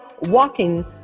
walking